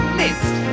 list